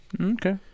Okay